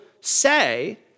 say